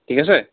ঠিক আছে